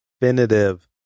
definitive